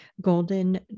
golden